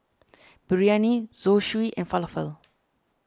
Biryani Zosui and Falafel